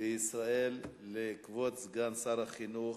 אל כבוד סגן שר החינוך,